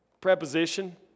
preposition